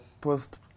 post